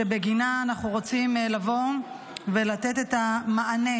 שבגינה אנחנו רוצים לבוא ולתת את המענה,